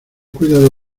cuidado